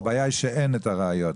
הבעיה היא כשאין את הראיות,